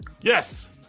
yes